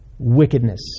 Wickedness